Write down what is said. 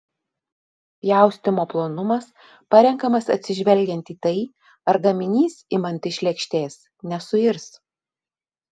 pjaustymo plonumas parenkamas atsižvelgiant į tai ar gaminys imant iš lėkštės nesuirs